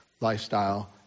lifestyle